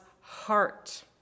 heart